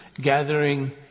Gathering